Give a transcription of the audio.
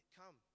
come